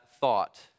thought